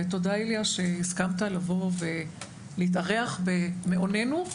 ותודה איליה שהסכמת לבוא ולהתארח במעוננו,